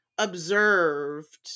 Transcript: Observed